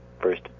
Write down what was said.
first